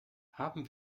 haben